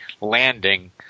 landing